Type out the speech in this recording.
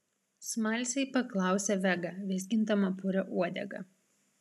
smalsiai paklausė vega vizgindama purią uodegą